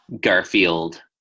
Garfield